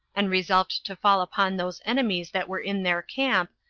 and resolved to fall upon those enemies that were in their camp,